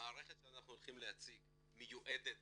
המערכת שאנחנו עומדים להציג מיועדת